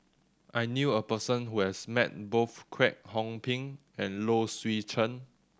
I knew a person who has met both Kwek Hong Png and Low Swee Chen